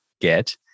get